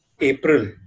April